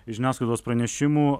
žiniasklaidos pranešimų